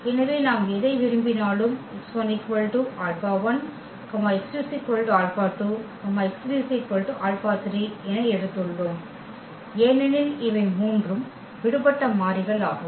எனவே நாம் எதை விரும்பினாலும் ⇒ x1 ∝1 x2 ∝2 x3 ∝3 எடுத்துள்ளோம் ஏனெனில் இவை மூன்றும் விடுபட்ட மாறிகள் ஆகும்